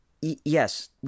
Yes